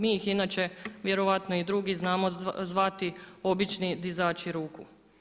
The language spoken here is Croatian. Mi ih inače, vjerojatno i drugi znamo zvati obični dizači ruku.